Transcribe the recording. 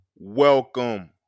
Welcome